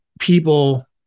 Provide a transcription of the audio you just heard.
people